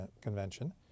convention